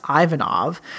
Ivanov